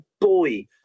Boy